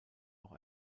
auch